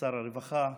שר הרווחה,